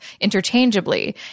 interchangeably